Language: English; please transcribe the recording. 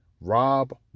Rob